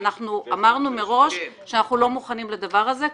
ואמרנו מראש שאנחנו לא מוכנים לדבר הזה.